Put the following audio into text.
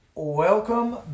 Welcome